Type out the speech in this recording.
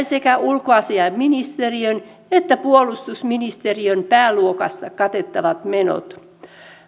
sekä ulkoasiainministeriön että puolustusministeriön pääluokasta katettavat menot